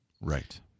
Right